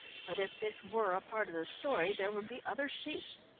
but if this were a part of the story, there would be other sheets.